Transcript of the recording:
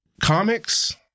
Comics